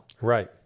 Right